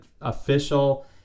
official